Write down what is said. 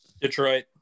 Detroit